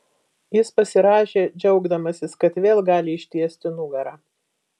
jis pasirąžė džiaugdamasis kad vėl gali ištiesti nugarą